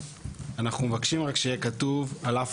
אנחנו מבקשים רק שיהיה כתוב "על אף